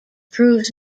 proves